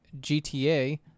GTA